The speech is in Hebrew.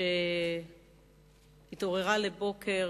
שהתעוררה לבוקר